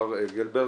מר גלברג,